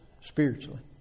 spiritually